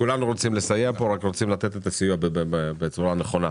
כולנו רוצים לסייע ורוצים לתת את הסיוע בצורה הנכונה.